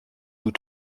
vous